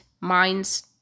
minds